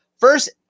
first